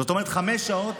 זאת אומרת, חמש שעות